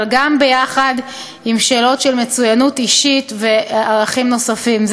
אבל ביחד עם שאלות של מצוינות אישית וערכים נוספים,